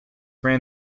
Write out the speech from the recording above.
ran